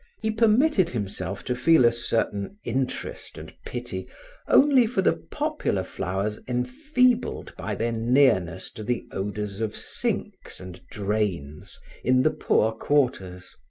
he permitted himself to feel a certain interest and pity only for the popular flowers enfeebled by their nearness to the odors of sinks and drains in the poor quarters.